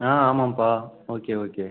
ஆ ஆமாப்பா okay okay